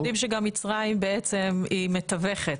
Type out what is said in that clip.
יודעים שגם מצרים בעצם היא מתווכת,